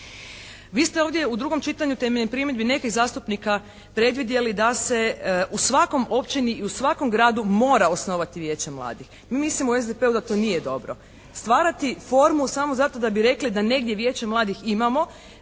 Vi ste ovdje u drugom čitanju temeljem primjedbi nekih zastupnika predvidjeli da se u svakoj općini i u svakom gradu mora osnovati Vijeće mladih. Mi mislimo u SDP-u da to nije dobro. Stvarati formu samo za to da bi rekli da negdje Vijeće mladih imamo